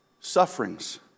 sufferings